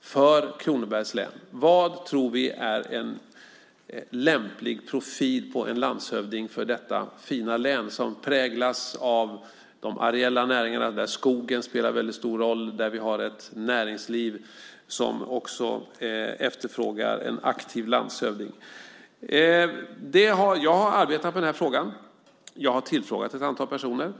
för Kronobergs län för vad tror vi är en lämplig profil på en landshövding för detta fina län som präglas av de areella näringarna där skogen spelar väldigt stor roll. Vi har ett näringsliv som också efterfrågar en aktiv landshövding. Jag har arbetat med den frågan. Jag har tillfrågat ett antal personer.